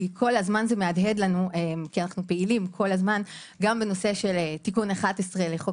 כל הזמן זה מהדהד לנו כי אנו פעילים גם לנושא של תיקון 11 לחוק